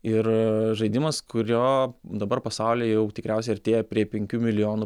ir žaidimas kurio dabar pasaulyje jau tikriausiai artėja prie penkių milijonų